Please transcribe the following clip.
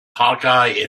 hawkeye